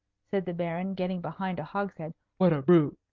said the baron, getting behind a hogshead, what a brute!